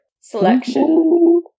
selection